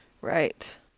Right